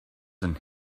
and